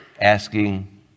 Asking